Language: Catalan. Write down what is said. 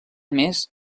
més